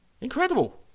Incredible